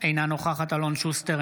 אינה נוכחת אלון שוסטר,